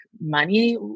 money